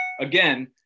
again